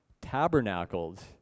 Tabernacled